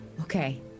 Okay